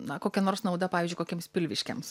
na kokia nors nauda pavyzdžiui kokiems pilviškiams